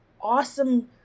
awesome